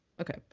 okay